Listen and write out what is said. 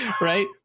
Right